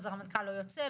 חוזר המנכ"ל לא יוצא,